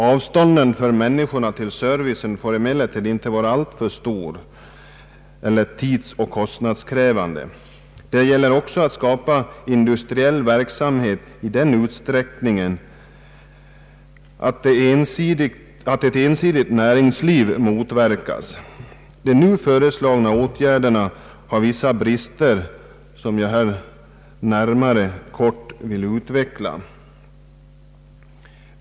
Avstånden för människorna till servicen får emellertid inte vara alltför stora eller tidsoch kostnadskrävande. Det gäller också att skapa industriell verksamhet i den utsträckningen att ett ensidigt näringsliv motverkas. De nu föreslagna åtgärderna har vissa brister, som jag här kort vill utveckla.